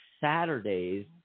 Saturdays